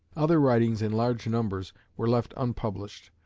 other writings in large numbers were left unpublished.